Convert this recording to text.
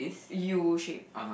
U shape